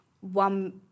one